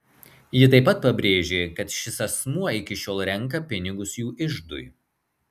ji taip pat pabrėžė kad šis asmuo iki šiol renka pinigus jų iždui